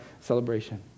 celebration